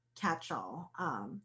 catch-all